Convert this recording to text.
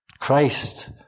Christ